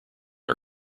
are